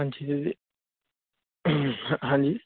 ਹਾਂਜੀ ਹਾਂਜੀ